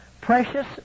Precious